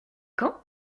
quand